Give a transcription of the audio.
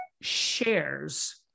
shares